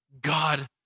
God